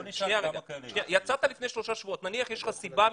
נניח שיש לך סיבה משפחתית,